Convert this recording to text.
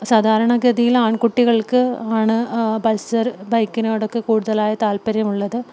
സാധാരണ ഗതിയിൽ ആൺകുട്ടികൾക്ക് ആണ് ബൾസർ ബൈക്കിനോടൊക്കെ കൂടുതലായ താല്പര്യമുള്ളത്